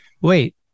wait